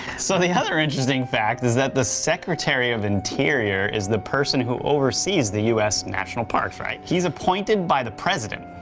so the other interesting fact is that the secretary of interior is the person who oversees the u s. national parks, he is appointed by the president.